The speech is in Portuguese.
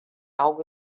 algo